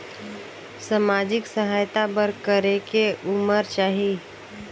समाजिक सहायता बर करेके उमर चाही?